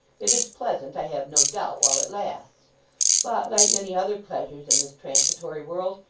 it is pleasant, i have no doubt, while it lasts but like many other pleasures in this transitory world,